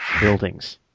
buildings